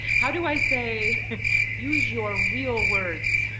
how do i say use your real words,